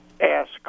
ask